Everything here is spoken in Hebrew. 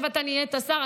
נהיית עכשיו שר.